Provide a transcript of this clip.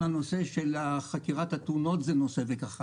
הנושא של חקירת התאונות זה נושא וכך הלאה,